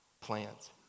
plans